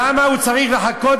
למה הוא צריך לחכות,